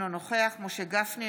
אינו נוכח משה גפני,